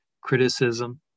criticism